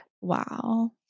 wow